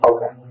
Okay